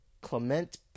Clement